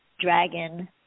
dragon